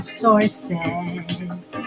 sources